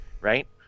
right